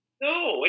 No